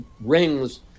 rings